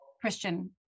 Christian